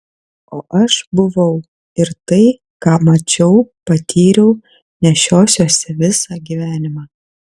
o aš buvau ir tai ką mačiau patyriau nešiosiuosi visą gyvenimą